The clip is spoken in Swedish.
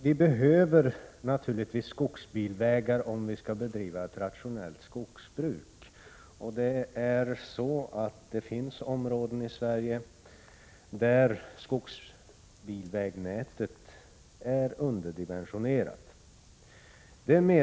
Vi behöver skogsbilvägar om vi skall kunna bedriva ett rationellt skogsbruk. Det finns områden i Sverige där skogsbilvägnätet är underdimensionerat.